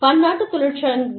பன்னாட்டுத் தொழிற்சங்கங்கள்